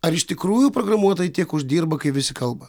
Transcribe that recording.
ar iš tikrųjų programuotojai tiek uždirba kaip visi kalba